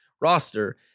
roster